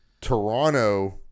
Toronto